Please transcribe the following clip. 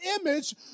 image